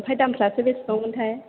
ओमफ्राय दामफ्रासो बेसेबां मोन्थाय